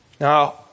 Now